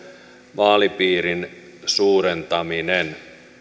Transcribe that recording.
vaalipiirin suurentaminen